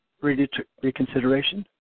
reconsideration